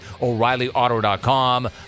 O'ReillyAuto.com